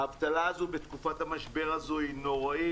האבטלה הזו בתקופת המשבר הזו היא נוראית,